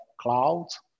clouds